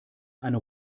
eine